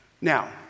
Now